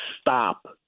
stop